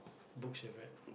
books you've read